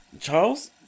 Charles